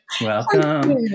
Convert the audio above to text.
Welcome